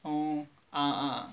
orh ah ah